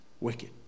Wicked